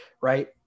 right